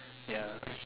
ya